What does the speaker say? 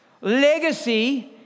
Legacy